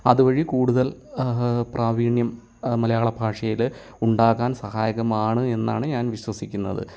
അതുവഴി കൂടുതൽ പ്രാവീണ്യം മലയാള ഭാഷയിൽ ഉണ്ടാകാൻ സഹായകമാണ് എന്നാണ് ഞാൻ വിശ്വസിക്കുന്നത്